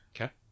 Okay